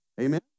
Amen